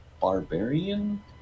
Barbarian